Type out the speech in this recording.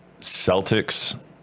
celtics